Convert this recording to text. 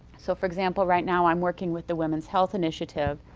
so for example right now i'm working with the women's health initiative,